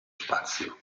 spazio